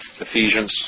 Ephesians